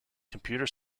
computer